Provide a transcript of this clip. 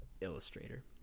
Illustrator